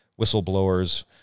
whistleblowers